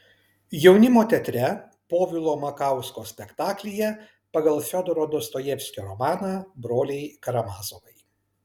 jaunimo teatre povilo makausko spektaklyje pagal fiodoro dostojevskio romaną broliai karamazovai